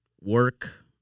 work